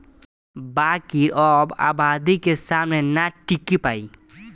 बाकिर अब आबादी के सामने ना टिकी पाई